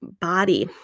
body